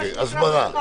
אלא בשפת העם.